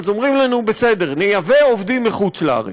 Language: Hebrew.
אז אומרים לנו: בסדר, נייבא עובדים מחוץ-לארץ.